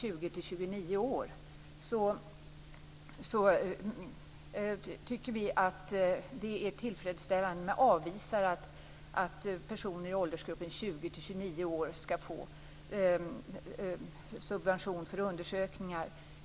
år tycker vi att det är tillfredsställande men vi avvisar att personer i nämnda åldersgrupp skall få subvention för undersökningar.